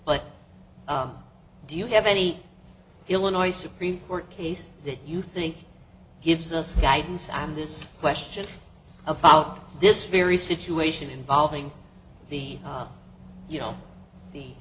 but do you have any illinois supreme court case that you think gives us guidance on this question about this very situation involving the you know the